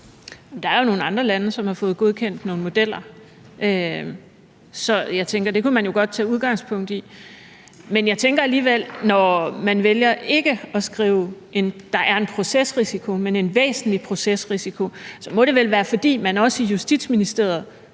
der er jo nogle andre lande, som har fået godkendt nogle modeller. Så jeg tænker, at det kunne man jo godt tage udgangspunkt i. Men jeg tænker alligevel, at når man vælger ikke at skrive, at der er en procesrisiko, men at der er en væsentlig procesrisiko, så må det vel være, fordi man også i Justitsministeriet